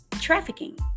trafficking